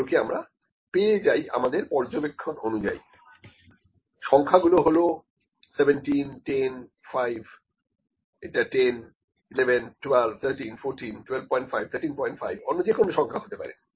এগুলোকে আমরা পেয়ে যাই আমাদের পর্যবেক্ষণ অনুযায়ী সংখ্যাগুলো হলো 1710 5 এটা 10 11121314 125 135 অন্য যে কোন সংখ্যা হতে পারে